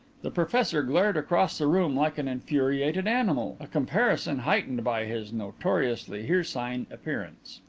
the professor glared across the room like an infuriated animal, a comparison heightened by his notoriously hircine appearance.